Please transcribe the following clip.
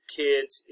kids